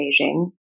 Beijing